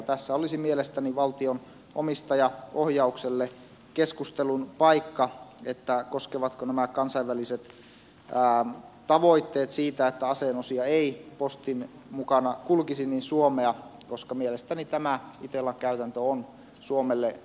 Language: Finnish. tässä olisi mielestäni valtion omistajaohjaukselle keskustelun paikka että koskevatko nämä kansainväliset tavoitteet siitä että aseen osia ei postin mukana kulkisi suomea koska mielestäni tämä itellan käytäntö on suomelle todella ongelmallinen